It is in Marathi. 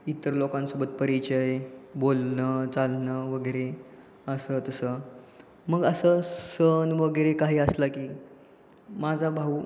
इतर लोकांसोबत परिचय बोलणं चालणं वगैरे असं तसं मग असं सण वगैरे काही असला की माझा भाऊ